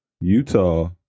Utah